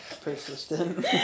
Persistent